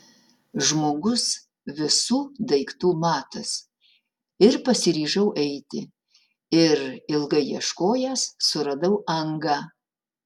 žmogus visų daiktų matas ir pasiryžau eiti ir ilgai ieškojęs suradau angą